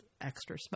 Extra